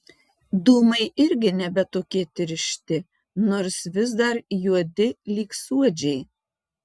dūmai irgi nebe tokie tiršti nors vis dar juodi lyg suodžiai